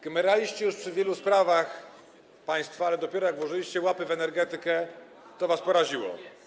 Gmeraliście już przy wielu sprawach państwa, ale dopiero jak włożyliście łapy w energetykę, to was poraziło.